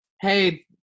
Hey